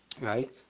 Right